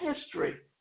history